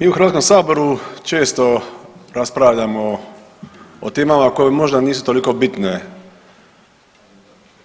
Mi u Hrvatskom saboru često raspravljamo o temama koje možda nisu toliko bitne